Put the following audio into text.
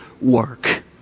work